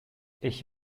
ich